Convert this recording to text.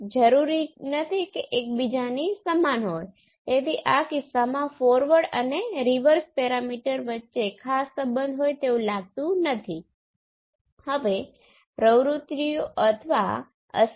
હવે મારો Vd આ ધ્રુવીયતા હશે